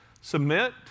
Submit